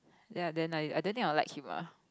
ya then like I don't think I will like him ah